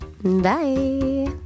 Bye